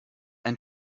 ein